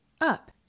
up